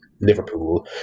Liverpool